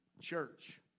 church